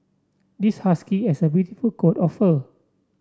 this husky has a beautiful coat of fur